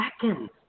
seconds